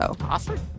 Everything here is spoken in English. Awesome